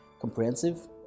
comprehensive